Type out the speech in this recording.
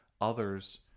Others